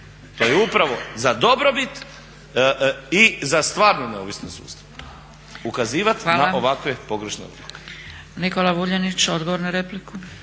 To je upravo za dobrobit i za stvarnu neovisnost sustava ukazivati na ovakve pogrešne odluke. **Zgrebec, Dragica